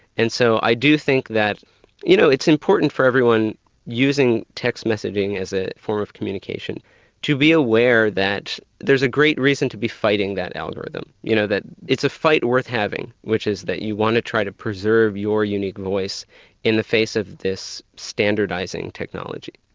and so i do think that you know it's important for everyone using text messaging as a form of communication to be aware that there's a great reason to be fighting that algorithm, you know it's a fight worth having, which is that you want to try to preserve your unique voice in the face of this standardising technology.